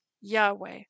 Yahweh